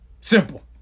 Simple